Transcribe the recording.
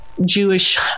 Jewish